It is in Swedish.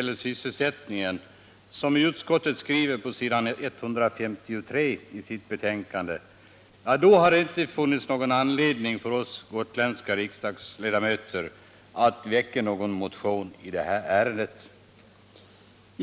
om sysselsättningen skulle vara så bra som utskottet skriver på s. 153 i sitt betänkande, då skulle det inte ha funnits någon anledning för oss gotländska riksdagsledamöter att väcka någon motion i detta ärende.